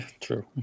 True